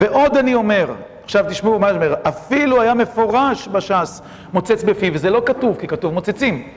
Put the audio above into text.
ועוד אני אומר, עכשיו תשמעו מה אני אומר, אפילו היה מפורש בשס מוצץ בפיו וזה לא כתוב כי כתוב מוצצים